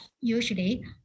usually